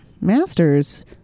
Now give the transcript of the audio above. masters